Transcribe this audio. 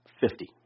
fifty